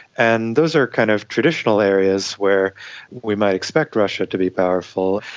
and those are kind of traditional areas where we might expect russia to be powerful,